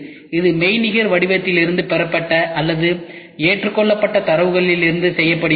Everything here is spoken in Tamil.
இது மெய்நிகர் வடிவத்திலிருந்து பெறப்பட்ட அல்லது ஏற்றுக்கொள்ளப்பட்ட தரவுகளிலிருந்து செய்யப்படுகிறது